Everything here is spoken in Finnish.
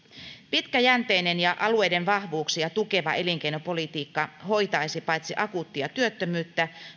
pitkäjänteinen ja alueiden vahvuuksia tukeva elinkeinopolitiikka paitsi hoitaisi akuuttia työttömyyttä